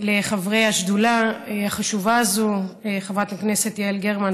לחברי השדולה החשובה הזו: חברת הכנסת יעל גרמן,